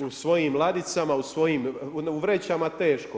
u svojim ladicama u vrećama teško.